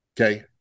Okay